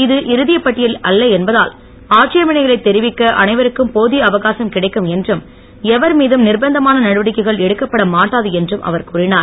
இது இறுதிப்பட்டியல் அல்ல என்பதால் ஆட்சேபணைகளைத் தெரிவிக்க அனைவருக்கும் போதிய அவகாசம் கிடைக்கும் என்றும் எவர்மீதும் நிர்ப்பந்தமான நடவடிக்கைகள் எடுக்கப்பட மாட்டாது என்றும் அவர் கூறினர்